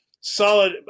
solid